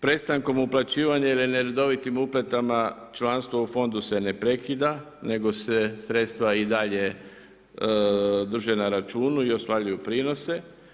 Prestankom uplaćivanja ili neredovitim uplatama članstvo u fondu se ne prekida nego se sredstva i dalje drže na računu i ostvaruju prinose.